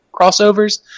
crossovers